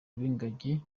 b’ingagi